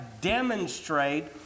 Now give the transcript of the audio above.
demonstrate